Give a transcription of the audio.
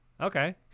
Okay